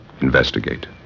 investigate